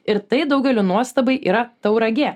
ir tai daugelio nuostabai yra tauragė